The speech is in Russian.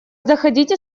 заходите